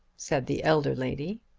said the elder lady.